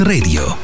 Radio